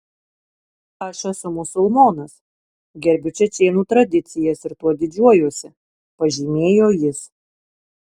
aš esu musulmonas gerbiu čečėnų tradicijas ir tuo didžiuojuosi pažymėjo jis